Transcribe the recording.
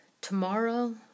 Tomorrow